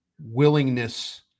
willingness